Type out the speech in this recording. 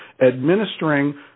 administering